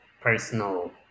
personal